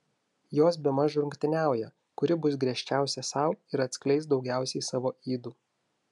jos bemaž rungtyniauja kuri bus griežčiausia sau ir atskleis daugiausiai savo ydų